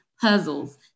puzzles